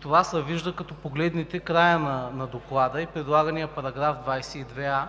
това се вижда, като погледнете края на Доклада и предлагания § 22а,